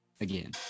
again